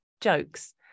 jokes